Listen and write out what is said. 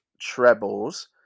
Trebles